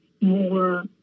more